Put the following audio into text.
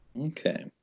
okay